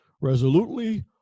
resolutely